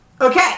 Okay